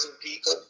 people